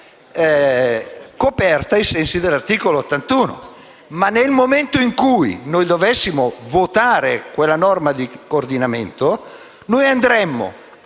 Ma, nel momento in cui dovessimo votare quella norma di coordinamento, noi andremmo